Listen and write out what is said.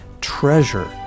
treasure